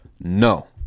no